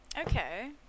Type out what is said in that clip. okay